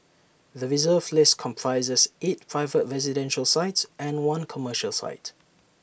the Reserve List comprises eight private residential sites and one commercial site